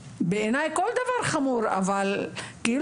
בעיניי כל דבר הוא חמור, אבל כשבאים